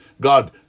God